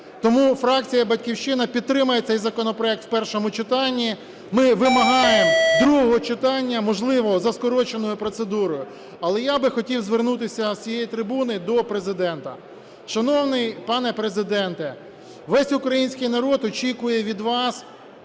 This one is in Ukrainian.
Тому фракція "Батьківщина" підтримає цей законопроект в першому читанні. Ми вимагаємо другого читання, можливо, за скороченою процедурою. Але я хотів би звернутися з цієї трибуни до Президента. Шановний пане Президенте! Весь український народ очікує від вас